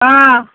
अ